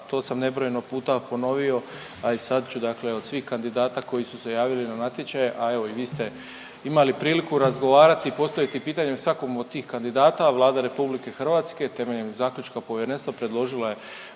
to sam nebrojeno puta ponovio, a i sad ću dakle od svih kandidata koji su se javili na natječaj, a evo i vi ste imali priliku razgovarati i postaviti pitanje svakom od tih kandidata, Vlada RH temeljem zaključka povjerenstva predložila je